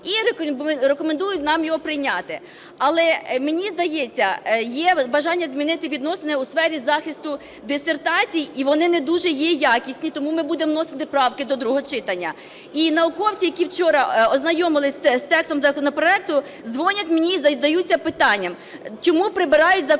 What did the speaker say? і рекомендують нам його прийняти. Але, мені здається, є бажання змінити відносини у сфері захисту дисертацій і вони не дуже є якісні. Тому ми будемо вносити правки до другого читання. І науковці, які вчора ознайомились з текстом законопроекту, дзвонять мені і задаються питанням, чому прибирають з Закону